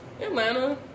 Atlanta